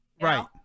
Right